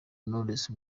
knowless